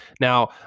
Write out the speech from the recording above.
Now